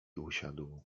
usiadł